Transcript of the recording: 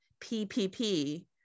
PPP